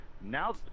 Now